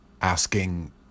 asking